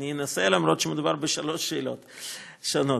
אני אנסה, אפילו שמדובר בשלוש שאלות שונות.